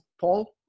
Paul